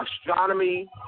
astronomy